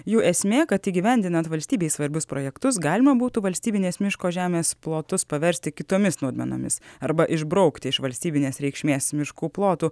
jų esmė kad įgyvendinant valstybei svarbius projektus galima būtų valstybinės miško žemės plotus paversti kitomis naudmenomis arba išbraukti iš valstybinės reikšmės miškų plotų